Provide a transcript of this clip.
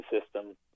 system